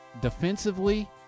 defensively